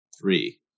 three